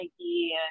Nike